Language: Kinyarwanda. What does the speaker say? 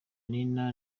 nina